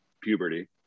puberty